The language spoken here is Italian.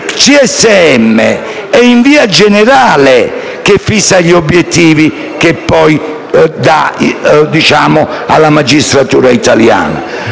in via generale gli obiettivi che poi dà alla magistratura italiana.